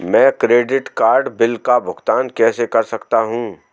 मैं credit card bill का भुगतान कैसे कर सकता हूं?